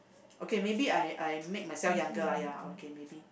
okay maybe I I make myself younger lah ya okay maybe